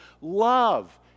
love